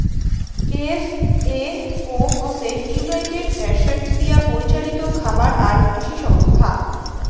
FAO হসে United Nations দিয়াপরিচালিত খাবার আর কৃষি সংস্থা